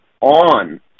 on